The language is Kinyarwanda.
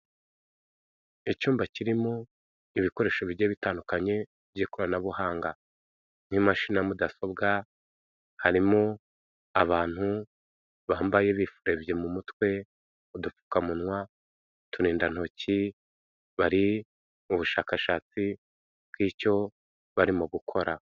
Icyumba kirimo ibikoresho bigiya bitandukanye by'ikoranabuhanga nk'imashini ya mudasobwa, harimo abantu bambaye bifurebye mu mutwe udupfukamunwa, uturindantoki bari mu bushakashatsi bw'icyo barimo gukora.